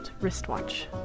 wristwatch